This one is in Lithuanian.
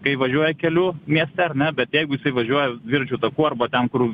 kai važiuoja keliu mieste ar ne bet jeigu jisai važiuoja dviračių taku arba ten kur